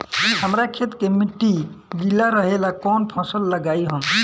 हमरा खेत के मिट्टी गीला रहेला कवन फसल लगाई हम?